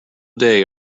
day